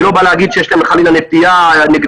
אני לא בא להגיד שיש להם חלילה נטייה נגדנו,